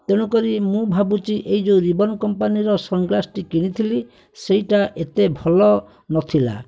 ତେଣୁକରି ମୁଁ ଭାବୁଛି ଏହି ଯେଉଁ ରେବେନ୍ କମ୍ପାନୀର ସନ୍ଗ୍ଳାସ୍ଟି କିଣିଥିଲି ସେଇଟା ଏତେ ଭଲ ନଥିଲା